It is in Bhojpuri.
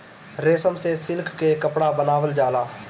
रेशम से सिल्क के कपड़ा बनावल जाला